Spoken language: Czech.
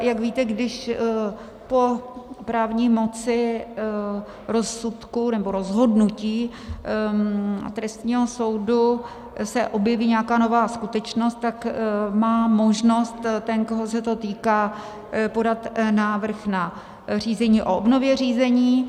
Jak víte, když se po právní moci rozsudku nebo rozhodnutí trestního soudu objeví nějaká nová skutečnost, tak má možnost ten, koho se to týká, podat návrh na řízení o obnově řízení.